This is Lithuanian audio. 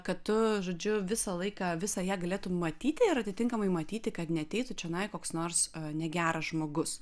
kad tu žodžiu visą laiką visą ją galėtum matyti ir atitinkamai matyti kad neateitų čionai koks nors negeras žmogus